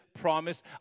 promise